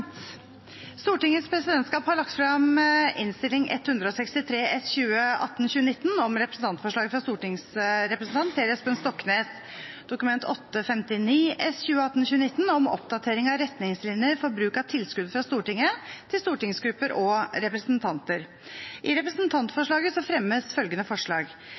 Stortingets presidentskap har lagt fram Innst. 163 S for 2018–2019 om representantforslaget fra stortingsrepresentant Per Espen Stoknes, jf. Dokument 8:59 S for 2018–2019, om oppdatering av retningslinjer for bruk av tilskudd fra Stortinget til stortingsgrupper og representanter. I representantforslaget fremmes følgende forslag: